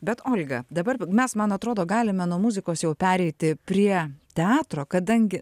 bet olga dabar mes man atrodo galime nuo muzikos jau pereiti prie teatro kadangi